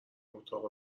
اتاق